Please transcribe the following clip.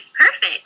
perfect